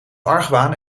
argwaan